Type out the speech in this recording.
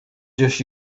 just